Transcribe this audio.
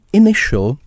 initial